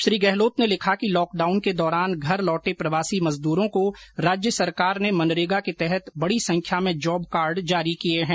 श्री गहलोत ने लिखा कि लॉकडाउन के दौरान घर लौटे प्रवासी मजदूरों को राज्य सरकार ने मनरेगा के तहत बड़ी संख में जॉबकार्ड जारी किए है